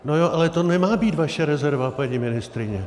Nojo, ale to nemá být vaše rezerva, paní ministryně.